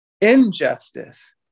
injustice